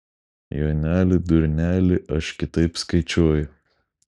joneli durneli aš kitaip skaičiuoju